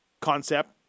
concept